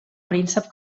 príncep